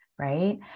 right